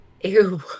Ew